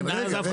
כן, רגע, רגע.